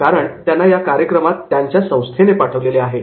कारण त्यांना या कार्यक्रमात त्यांच्या संस्थेने पाठवलेले आहे